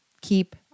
keep